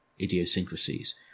idiosyncrasies